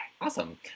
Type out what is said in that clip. Awesome